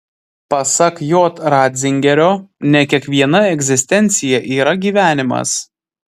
pasak j ratzingerio ne kiekviena egzistencija yra gyvenimas